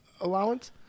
allowance